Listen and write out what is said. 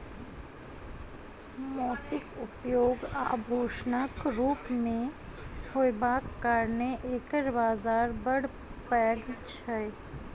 मोतीक उपयोग आभूषणक रूप मे होयबाक कारणेँ एकर बाजार बड़ पैघ छै